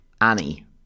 Annie